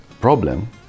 problem